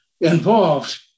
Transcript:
involved